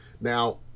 Now